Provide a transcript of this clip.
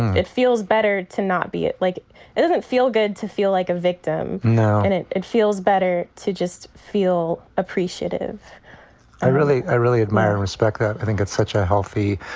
it feels better to not be it like it doesn't feel good to feel like a victim. now and it it feels better to just feel appreciative i really i really admire and respect that. i think it's such a healthy,